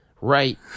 Right